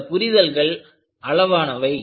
இந்த புரிதல்கள் அளவானவை